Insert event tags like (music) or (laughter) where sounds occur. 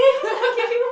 (laughs)